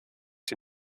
die